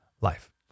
life